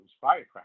firecrackers